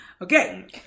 Okay